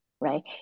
right